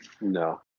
no